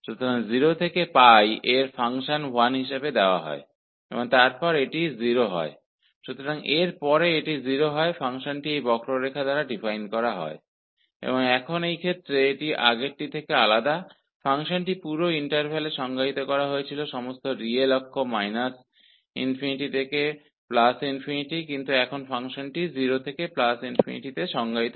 तो 0 से π में फ़ंक्शन का मान 1 है और फिर यह 0 है उसके बाद यह 0 है इसलिए फ़ंक्शन इस कर्व द्वारा परिभाषित किया गया है और अब इस मामले में यह पिछले वाले से थोड़ा अलग है जहां फ़ंक्शन को पूरे अंतराल में संपूर्ण वास्तविक अक्ष ∞ से ∞ में परिभाषित किया गया था लेकिन अब फ़ंक्शन को 0 से ∞ में परिभाषित किया गया है